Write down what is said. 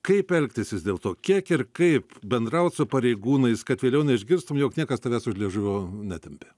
kaip elgtis vis dėlto kiek ir kaip bendraut su pareigūnais kad vėliau neišgirstum jog niekas tavęs už liežuvio netempė